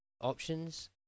options